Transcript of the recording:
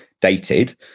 dated